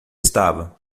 estava